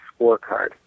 scorecard